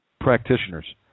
practitioners